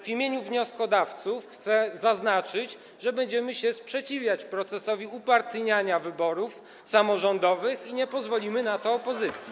W imieniu wnioskodawców chcę zaznaczyć, że będziemy się sprzeciwiać procesowi upartyjniania wyborów samorządowych i nie pozwolimy na to opozycji.